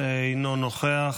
אינו נוכח.